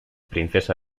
princesa